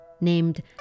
named